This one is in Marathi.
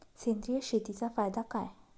सेंद्रिय शेतीचा फायदा काय?